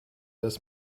dass